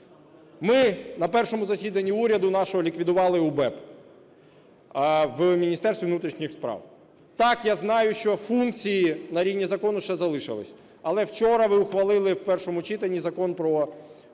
Ми на першому засіданні уряду нашого ліквідували УБЕП в Міністерстві внутрішніх справ. Так, я знаю, що функції на рівні закону ще залишилися, але вчора ви ухвалили в першому читанні Закон про державну